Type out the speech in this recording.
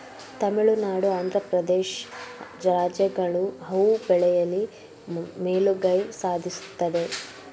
ತಮಿಳುನಾಡು, ಆಂಧ್ರ ಪ್ರದೇಶ್ ರಾಜ್ಯಗಳು ಹೂ ಬೆಳೆಯಲಿ ಮೇಲುಗೈ ಸಾಧಿಸುತ್ತದೆ